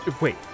Wait